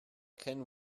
can